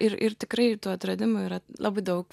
ir ir tikrai ir tų atradimų yra labai daug